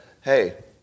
hey